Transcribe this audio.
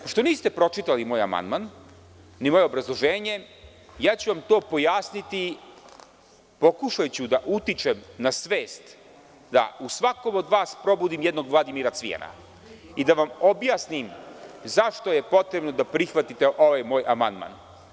Pošto niste pročitali moj amandman, ni moje obrazloženje, to ću vam pojasniti, pokušaću da utičem na svest, da u svakom od vas probudim jednog Vladimira Cvijana i da vam objasnim zašto je potrebno da prihvatite ovaj moj amandman.